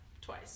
twice